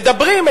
מדברים,